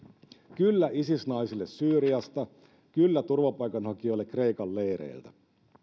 kyllä isis naisille syyriasta kyllä turvapaikanhakijoille kreikan leireiltä